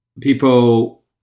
people